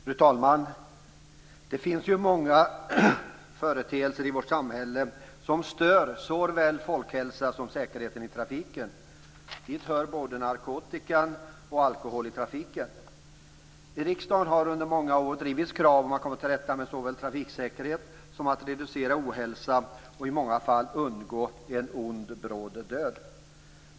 Fru talman! Det finns många företeelser i vårt samhälle som stör såväl folkhälsan som säkerheten i trafiken. Dit hör både narkotika och alkohol. I riksdagen har det under många år drivits krav om att man skall komma till rätta med trafiksäkerheten och reducera ohälsa. I många fall handlar det om att undgå en ond bråd död.